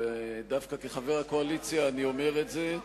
ודווקא כחבר הקואליציה אני אומר את זה,